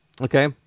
Okay